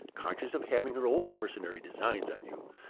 conscious of having her own mercenary designs on you,